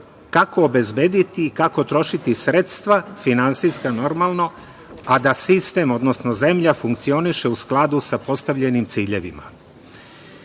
kako obezbediti i kako trošiti sredstva, finansijska, normalno, a da sistem odnosno zemlja funkcioniše u skladu sa postavljenim ciljevima. Kod